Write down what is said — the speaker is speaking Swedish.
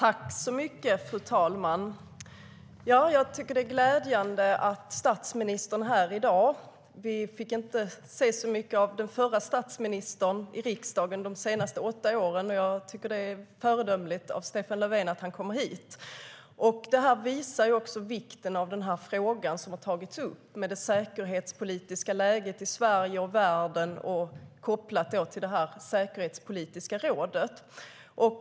Fru talman! Jag tycker att det är glädjande att statsministern är här i dag. Under de senaste åtta åren fick vi inte se så mycket av den förra statsministern i riksdagen. Jag tycker att det är föredömligt av Stefan Löfven att han kommer hit. Det här visar vikten av den fråga som har tagits upp. Det gäller det säkerhetspolitiska läget i Sverige och världen, kopplat till det säkerhetspolitiska rådet.